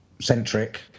centric